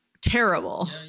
terrible